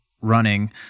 running